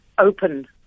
Open